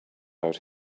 out